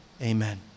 Amen